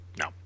no